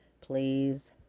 please